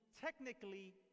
technically